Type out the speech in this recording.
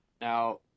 now